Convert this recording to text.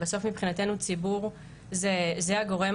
בסוף מבחינתנו ציבור זה הגורם